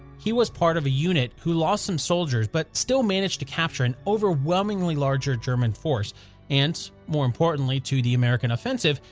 he was part of a unit who lost some soldiers but still managed to capture an overwhelmingly larger german force and, more importantly to the american offensive,